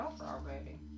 Already